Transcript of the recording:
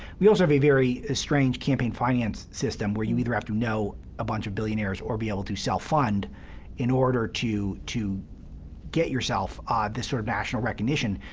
we also have a very strange campaign finance system where you either have to know a bunch of billionaires or be able to self-fund in order to to get yourself this sort of national recognition,